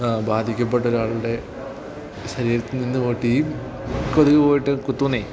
ബാധിക്കപ്പെട്ട ഒരാളുടെ ശരീരത്തിൽ നിന്നു പോയിട്ടീ കൊതുക് പോയിട്ട് കുത്തുമെന്നേ